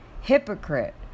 hypocrite